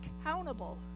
accountable